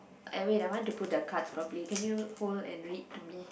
wait I want to put the cards properly can you hold and read to me